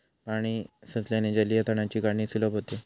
पाणी साचल्याने जलीय तणांची काढणी सुलभ होते